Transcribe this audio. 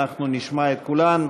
ואנחנו נשמע את כולן,